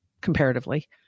comparatively